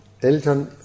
Eltern